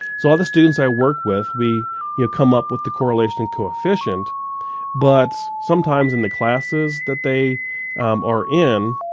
so all the students i work with we yeah come up with the correlation coefficient but sometimes in the classes that they are in,